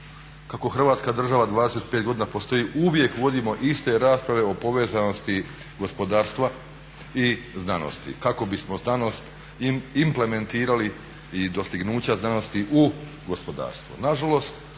kako Hrvatska država 25 godina postoji uvijek vodimo iste rasprave o povezanosti gospodarstva i znanosti kako bismo znanost implementirali i dostignuća znanosti u gospodarstvo.